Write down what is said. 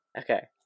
Okay